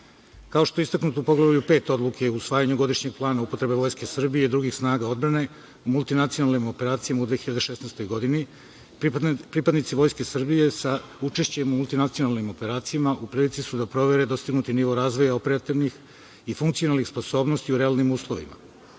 Kao što je istaknuto u Poglavlju 5. odluke o usvajanju godišnjem plana upotrebe Vojske Srbije i drugih snaga odbrane u multinacionalnim operacijama u 2016. godini, pripadnici Vojske Srbije sa učešćem u multinacionalnim operacijama u prilici su da provere dostignuti nivo razvoja i funkcionalnih sposobnosti u realnim uslovima.